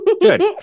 good